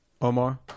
Omar